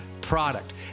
product